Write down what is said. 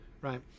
Right